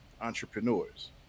entrepreneurs